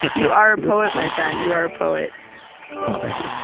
you are a poet, my friend. you are a poet oh,